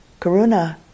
Karuna